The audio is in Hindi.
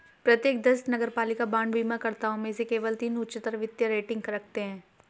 प्रत्येक दस नगरपालिका बांड बीमाकर्ताओं में से केवल तीन उच्चतर वित्तीय रेटिंग रखते हैं